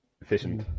Efficient